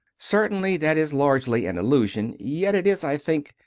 certainly that is largely an illusion yet it is, i think,